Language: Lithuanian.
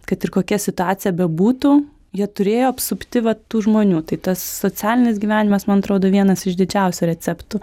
kad ir kokia situacija bebūtų jie turėjo apsupti vat tų žmonių tai tas socialinis gyvenimas man atrodo vienas iš didžiausių receptų